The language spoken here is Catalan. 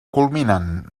culminant